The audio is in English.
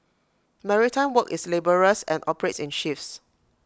maritime work is laborious and operates in shifts